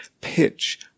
pitch